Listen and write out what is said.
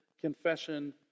Confession